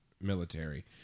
military